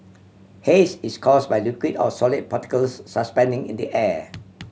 haze is cause by liquid or solid particles suspending in the air